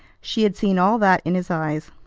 she had seen all that in his eyes.